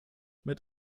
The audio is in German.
mit